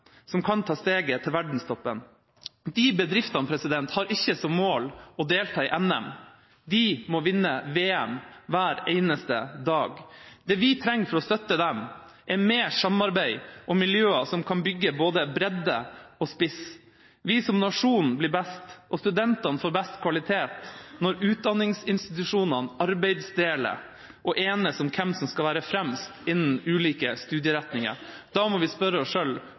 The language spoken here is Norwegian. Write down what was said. som kan ta steget til verdenstoppen. De bedriftene har ikke som mål å delta i NM, de må vinne VM – hver eneste dag. Det vi trenger for å støtte dem, er mer samarbeid og miljøer som kan bygge både bredde og spiss. Vi som nasjon blir best, og studentene får best kvalitet, når utdanningsinstitusjonene arbeidsdeler og enes om hvem som skal være fremst innen ulike studieretninger. Da må vi spørre oss